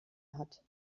hat